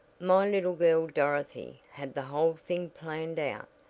my little girl dorothy had the whole thing planned out,